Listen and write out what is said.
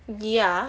ya